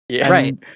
Right